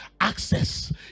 access